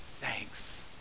thanks